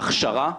הכשרה,